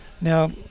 Now